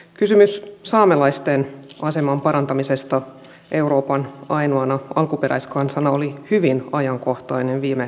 kysymys saamelaisten aseman parantamisesta euroopan ainoana alkuperäiskansana oli hyvin ajankohtainen viime hallituskaudella